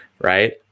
right